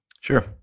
Sure